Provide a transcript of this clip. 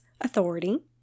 authority